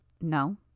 No